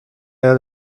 ought